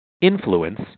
influence